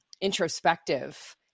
introspective